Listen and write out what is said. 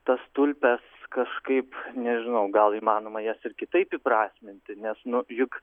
tas tulpes kažkaip nežinau gal įmanoma jas ir kitaip įprasminti nes nu juk